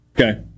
Okay